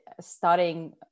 studying